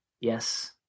Yes